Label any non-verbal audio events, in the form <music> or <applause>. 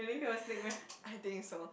<breath> I think so